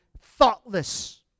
thoughtless